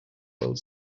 world